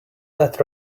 that